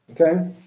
Okay